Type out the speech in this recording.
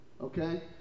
Okay